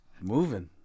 moving